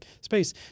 space